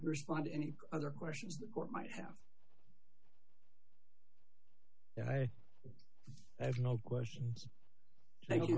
responded any other questions the court might have and i have no questions thank you